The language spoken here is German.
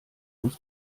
uns